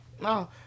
no